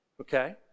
okay